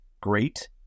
great